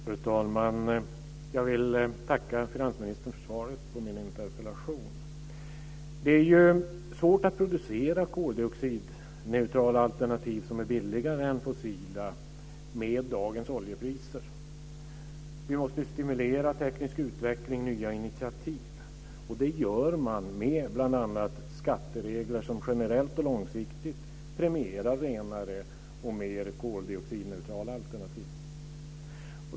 Fru talman! Jag vill tacka finansministern för svaret på min interpellation. Det är svårt att producera koldioxidneutrala alternativ som är billigare än fossila med dagens oljepriser. Vi måste stimulera teknisk utveckling och nya initiativ, och det gör man med bl.a. skatteregler som generellt och långsiktigt premierar renare och mer koldioxidneutrala alternativ.